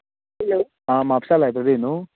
आं म्हापसा लायब्ररी न्हू